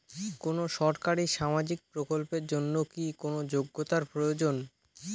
কোনো সরকারি সামাজিক প্রকল্পের জন্য কি কোনো যোগ্যতার প্রয়োজন?